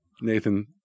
Nathan